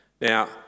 Now